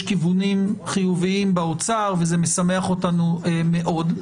כיוונים חיוביים באוצר וזה משמח אותנו מאד.